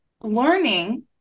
learning